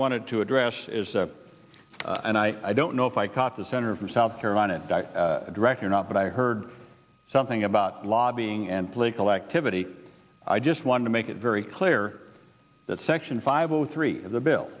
wanted to address is and i i don't know if i caught the senator from south carolina di direct or not but i heard something about lobbying and political activity i just want to make it very clear that section five zero three of the bill